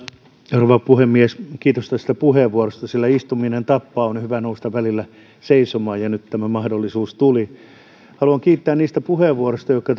rouva puhemies kiitos tästä puheenvuorosta sillä istuminen tappaa on hyvä nousta välillä seisomaan ja nyt tämä mahdollisuus tuli haluan kiittää niistä puheenvuoroista jotka